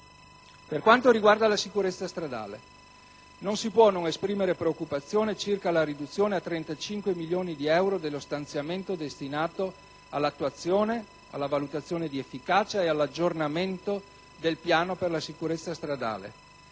Per quanto riguarda la sicurezza stradale, non si può non esprimere preoccupazione circa la riduzione a 35 milioni di euro dello stanziamento destinato all'attuazione, alla valutazione di efficacia e all'aggiornamento del piano per la sicurezza stradale